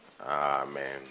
Amen